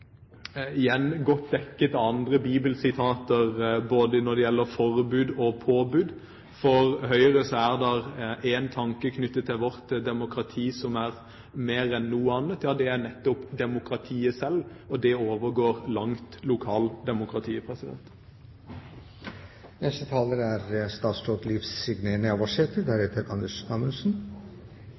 godt dekket av andre bibelsitater når det gjelder både forbud og påbud. For Høyre er det én tanke knyttet til vårt demokrati som betyr mer enn noe annet, og det er nettopp demokratiet selv – det overgår langt lokaldemokratiet.